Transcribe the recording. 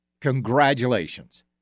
Congratulations